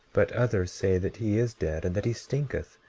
but others say that he is dead and that he stinketh,